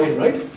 right.